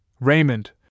Raymond